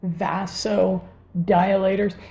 vasodilators